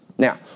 Now